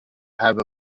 have